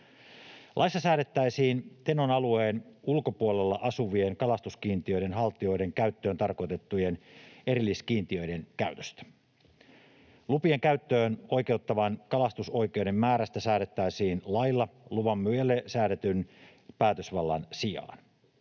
Laissa säädettäisiin Tenon alueen ulkopuolella asuvien kalastuskiintiöiden haltijoiden käyttöön tarkoitettujen erilliskiintiöiden käytöstä. Lupien käyttöön oikeuttavan kalastusoikeuden määrästä säädettäisiin lailla luvanmyyjälle säädetyn päätösvallan sijaan.